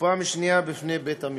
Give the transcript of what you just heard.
ופעם שנייה לפני בית-המשפט.